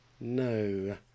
No